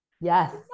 Yes